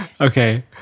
Okay